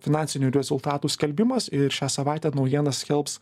finansinių rezultatų skelbimas ir šią savaitę naujienas skelbs